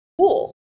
cool